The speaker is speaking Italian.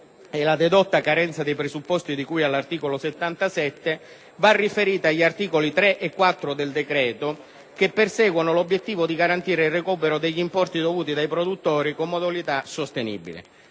e la dedotta carenza dei presupposti di cui all'articolo 77 della Costituzione va riferita agli articoli 3 e 4 del decreto, che perseguono l'obiettivo di garantire il recupero degli importi dovuti dai produttori con modalità sostenibili.